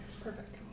Perfect